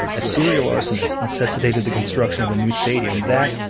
a serial arsonist necessitated the construction of a new stadium that,